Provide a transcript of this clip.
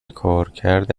کارکرد